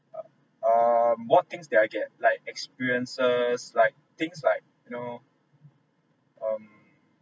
uh um what things that I get like experiences like things like you know um